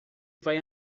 vai